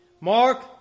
Mark